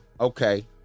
Okay